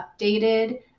updated